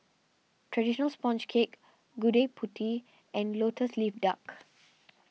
Traditional Sponge Cake Gudeg Putih and Lotus Leaf Luck